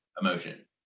emotion